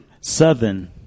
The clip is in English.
southern